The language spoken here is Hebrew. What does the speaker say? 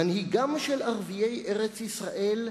מנהיגם של ערביי ארץ-ישראל,